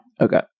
Okay